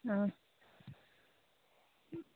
ꯎꯝ